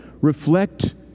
reflect